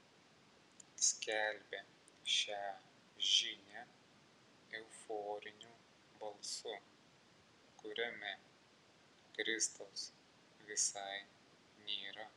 skelbia šią žinią euforiniu balsu kuriame kristaus visai nėra